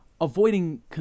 avoiding